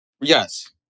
Yes